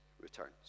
returns